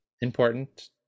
important